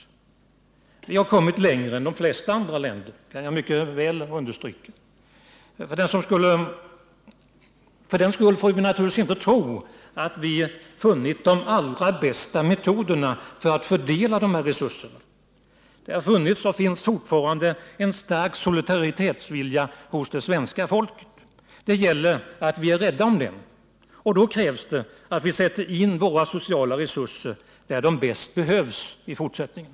Sverige har kommit längre än de flesta andra länder — det kan jag mycket väl understryka. För den skull får vi naturligtvis inte tro att vi funnit de allra bästa metoderna för att fördela resurserna. Det har funnits och finns fortfarande en stark solidaritetskänsla hos det svenska folket. Det gäller för oss att vara rädda om den, och då krävs det att vi sätter in våra sociala resurser där de bäst behövs i fortsättningen.